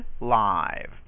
live